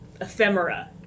ephemera